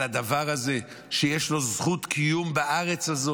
על הדבר הזה שיש לו זכות קיום בארץ הזאת,